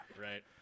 Right